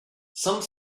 some